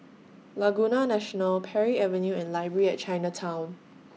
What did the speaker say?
Laguna National Parry Avenue and Library At Chinatown